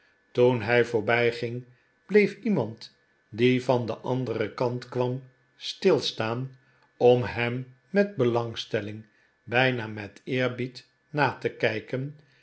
toen hij voorbijging bleef iemand die van den anderen kant kwam stilstaan om hem met belangstelling bijna met eefbied na te kijken